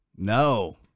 No